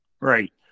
Right